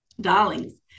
darlings